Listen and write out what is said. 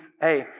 hey